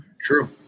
true